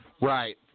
Right